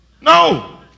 No